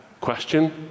question